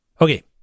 Okay